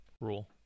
rule